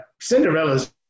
Cinderella's